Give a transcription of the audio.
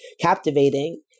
captivating